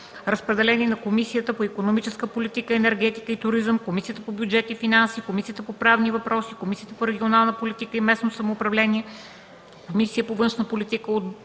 Разпределен е на Комисията по икономическата политика, енергетика и туризъм, Комисията по бюджет и финанси, Комисията по правни въпроси, Комисията по регионална политика и местно самоуправление, Комисията по външна политика